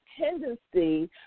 tendency